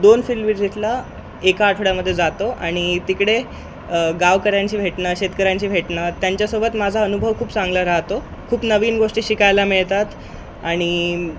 दोन फिल्ड विजिटला एका आठवड्यामध्ये जातो आणि तिकडे गावकऱ्यांची भेटणं शेतकऱ्यांशी भेटणं त्यांच्यासोबत माझा अनुभव खूप चांगला राहतो खूप नवीन गोष्टी शिकायला मिळतात आणि